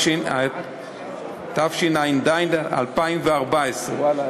התשע"ד 2014. ואללה,